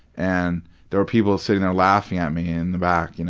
and there were people sitting there, laughing at me in the back, you know